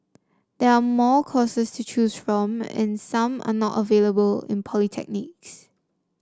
there are more courses to choose from and some are not available in polytechnics